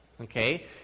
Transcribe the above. okay